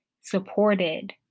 supported